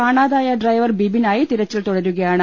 കാണാതായ ഡ്രൈവർ ബിബിനായി തെര ച്ചിൽ തുടരുകയാണ്